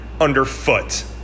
underfoot